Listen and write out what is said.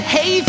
Hey